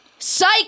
Psych